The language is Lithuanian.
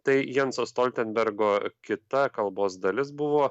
tai janso stoltenbergo kita kalbos dalis buvo